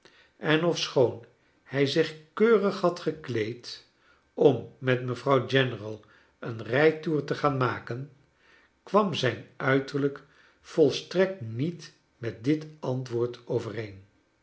en ofschoon hij zich keurig had gekleed om met mevrouw general een rijtoer te gaan maken kwam zijn uiterlijk volstrekt niet met dit antwoord overeen